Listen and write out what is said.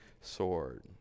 sword